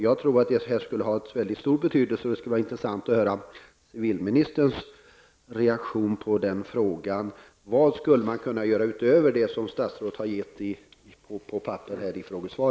Jag tror att det här skulle ha mycket stor betydelse, och det skulle vara intressant att få del av civilministerns reaktion på den frågan. Vad skulle man kunna göra utöver det som statsrådet har redovisat i sitt frågesvar?